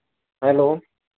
hello